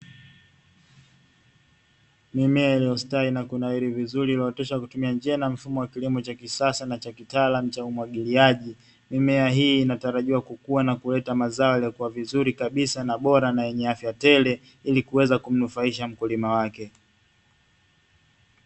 Mimea iliyo stawi na kunawili vizuri iliyo oteshwa kwa kutumia njia na mfumo wa kilimo cha kisasa na cha kitaalamu cha umwagiliaji, mimea hii inatarajiwa kukua na kuleta mazao yaliyo kua vizuri kabisa na bora na yenye afya tele ili kuweza kumnufaisha mkulima wake.